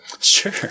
Sure